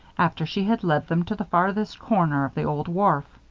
after she had led them to the farthest corner of the old wharf.